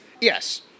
yes